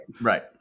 Right